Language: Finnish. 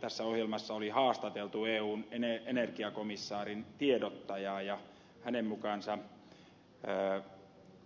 tässä ohjelmassa oli haastateltu eun energiakomissaarin tiedottajaa ja hänen mukaansa